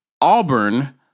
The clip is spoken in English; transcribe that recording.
Auburn